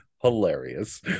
hilarious